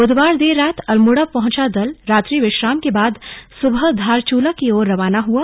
बुधवार देर रात अल्मोड़ा पहुंचा दल रात्रि विश्राम के बाद सुबह धारचूला की ओर रवाना हुआ